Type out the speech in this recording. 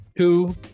Two